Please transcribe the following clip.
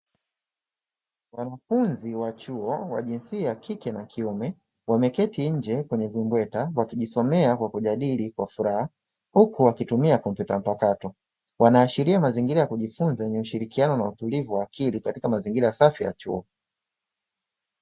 Wanafunzi wa chuo wa jinsia ya kike na kiume wameketi nje kwenye vimbweta wakijisomea kwa kujadili kwa furaha huku wakitumia kompyuta mpakato, wanaashiria mazingira ya kujifunza yenye ushirikiano na utulivu wa akili katika mazingira safi ya chuo.